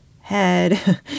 head